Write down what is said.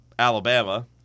Alabama